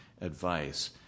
advice